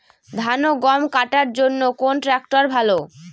ধান ও গম কাটার জন্য কোন ট্র্যাক্টর ভালো?